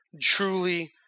truly